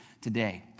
today